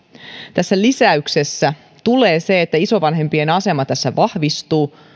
tässä lisäyksessä tulee selkeäksi että isovanhempien asema vahvistuu